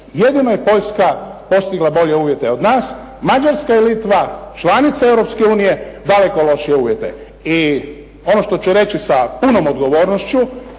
Jedino je Poljska postigla bolje uvjete od nas. Mađarska i Litva članice Europske unije daleko lošije uvjete. I ono što ću reći sa punom odgovornošću